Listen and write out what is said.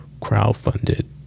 crowdfunded